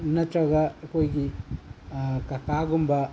ꯅꯠꯇ꯭ꯔꯒ ꯑꯩꯈꯣꯏꯒꯤ ꯀꯀꯥꯒꯨꯝꯕ